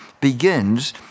begins